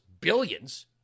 billions